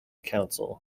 council